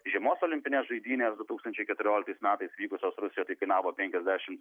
žiemos olimpinės žaidynes du tūkstančiai keturioliktais metais vykusios rusijoje tai kainavo penkiasdešimt